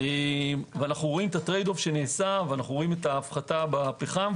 אנו רואים את הטרייד אוף שנעשה ואת ההפחתה בפחם,